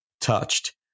touched